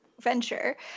venture